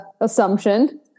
assumption